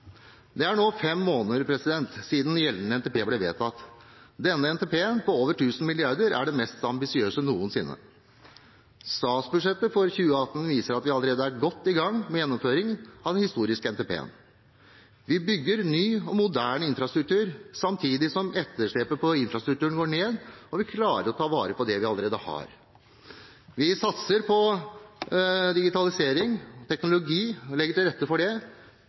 Det er nå fem måneder siden gjeldende NTP ble vedtatt. Denne NTP-en på over 1 000 mrd. kr er den mest ambisiøse noensinne. Statsbudsjettet for 2018 viser at vi allerede er godt i gang med gjennomføring av denne historiske NTP-en. Vi bygger ny og moderne infrastruktur, samtidig som etterslepet på infrastrukturen går ned, og vi klarer å ta vare på det vi allerede har. Vi satser på å legge til rette for digitalisering, teknologi, som vi også følger opp i NTP-en. Det